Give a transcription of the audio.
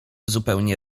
zupełnie